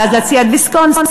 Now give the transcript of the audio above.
ואז להציע את ויסקונסין,